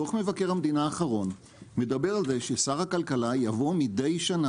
דוח מבקר המדינה האחרון מדבר על זה ששר הכלכלה יבוא מדי שנה